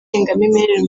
irangamimerere